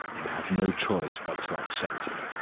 i have no choice but to accept it.